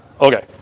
Okay